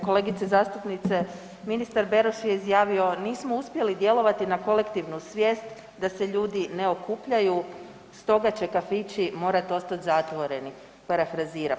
Kolegice zastupnice ministar Beroš je izjavio nismo uspjeli djelovati na kolektivnu svijest da se ljudi ne okupljaju stoga će kafići morati ostat zatvoreni, parafraziram.